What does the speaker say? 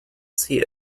see